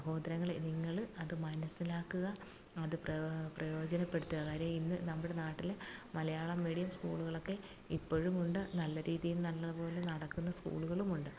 സഹോദരങ്ങളെ നിങ്ങള് അത് മനസ്സിലാക്കുക അത് പ്രയോജനപ്പെടുത്തുക കാര്യം ഇന്ന് നമ്മുടെ നാട്ടില് മലയാളം മീഡിയം സ്കൂളുകളൊക്കെ ഇപ്പോഴുമുണ്ട് നല്ല രീതിയില് നല്ലതുപോലെ നടക്കുന്ന സ്കൂളുകളുമുണ്ട്